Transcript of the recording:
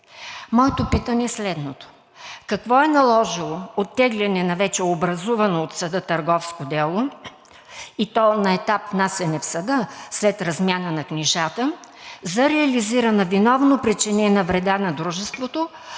Моето питане е следното: какво е наложило оттегляне на вече образувано от съда търговско дело, и то на етап внасяне в съда след размяна на книжата за реализирана виновно причинена вреда на дружеството